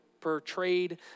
portrayed